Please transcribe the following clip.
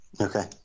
Okay